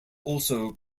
also